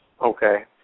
Okay